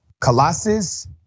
Colossus